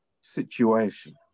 situation